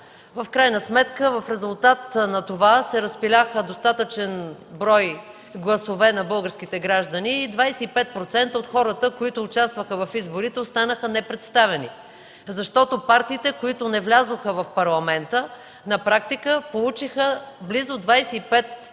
В крайна сметка в резултат на това се разпиляха достатъчен брой гласове на българските граждани и 25% от хората, които участваха в изборите, останаха непредставени, защото партиите, които не влязоха в Парламента, на практика получиха близо 25%